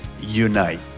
Unite